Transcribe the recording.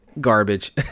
garbage